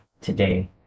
today